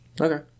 okay